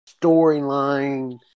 Storyline